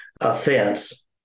offense